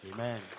Amen